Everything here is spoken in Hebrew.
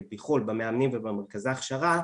במאמנים ובמרכזי הכשרה,